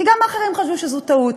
כי גם אחרים חשבו שזו טעות.